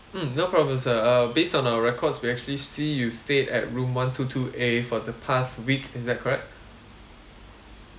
mm no problems sir uh based on our records we actually see you stayed at room one two two A for the past week is that correct